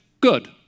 good